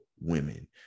women